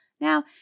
now